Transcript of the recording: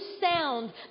sound